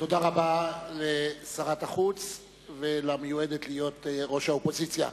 תודה רבה לשרת החוץ ולמיועדת להיות ראש האופוזיציה.